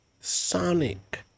Sonic